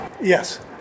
Yes